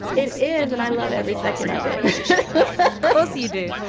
it is and i love every second of it but so you do?